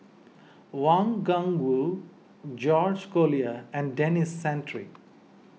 Wang Gungwu George Collyer and Denis Santry